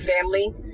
family